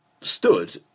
stood